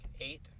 eight